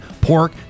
pork